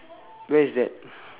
where is that